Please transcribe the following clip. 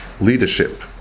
leadership